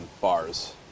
bars